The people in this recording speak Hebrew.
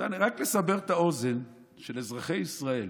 אני רק אסבר את האוזן של אזרחי ישראל: